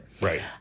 Right